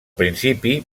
principi